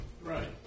Right